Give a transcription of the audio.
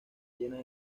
llena